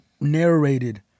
narrated